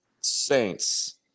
Saints